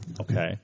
Okay